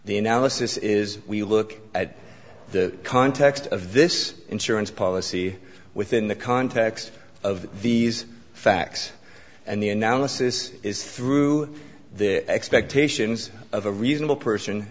the analysis is we look at the context of this insurance policy within the context of these facts and the analysis is through the expectations of a reasonable person